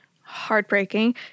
Heartbreaking